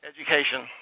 Education